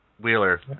Wheeler